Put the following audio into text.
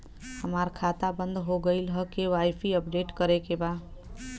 हमार खाता बंद हो गईल ह के.वाइ.सी अपडेट करे के बा?